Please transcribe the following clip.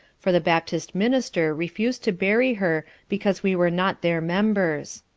for the baptist minister refused to bury her because we were not their members.